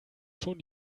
schon